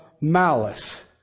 malice